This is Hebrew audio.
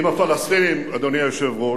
רוב הציבור בישראל,